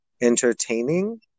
entertaining